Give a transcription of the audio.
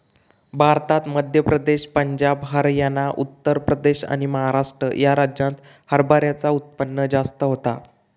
भारतात मध्य प्रदेश, पंजाब, हरयाना, उत्तर प्रदेश आणि महाराष्ट्र ह्या राज्यांत हरभऱ्याचा उत्पन्न जास्त होता